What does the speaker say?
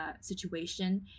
situation